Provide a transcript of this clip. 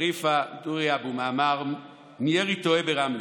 שריפה אבו מועמר מירי תועה ברמלה.